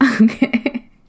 Okay